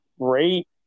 great